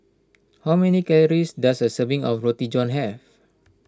how many calories does a serving of Roti John have